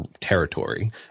territory